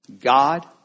God